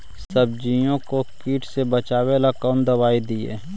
सब्जियों को किट से बचाबेला कौन सा दबाई दीए?